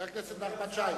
חבר הכנסת נחמן שי,